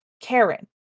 Karen